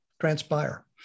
transpire